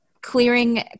clearing